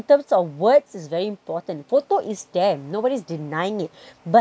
terms of words is very important photo is there nobody is denying it but